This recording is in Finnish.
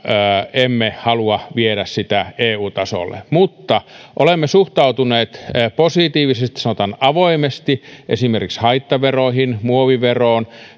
emme halua viedä sitä eu tasolle mutta olemme suhtautuneet positiivisesti sanotaan avoimesti esimerkiksi haittaveroihin ja muoviveroon ja